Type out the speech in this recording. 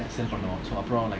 decide பண்ணுவோம்:pannuvom